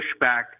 pushback